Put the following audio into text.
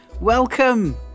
Welcome